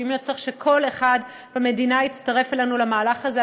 ואם יהיה צריך שכל אחד במדינה יצטרף אלינו למהלך הזה,